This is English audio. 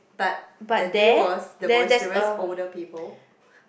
but that day was the boisterous older people